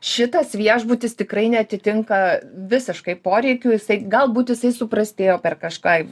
šitas viešbutis tikrai neatitinka visiškai poreikių jisai galbūt jisai suprastėjo per kažką